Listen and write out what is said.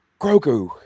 Grogu